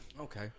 Okay